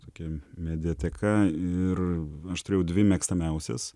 tokiem mediateka ir aš turėjau dvi mėgstamiausias